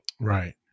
right